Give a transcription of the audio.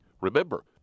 Remember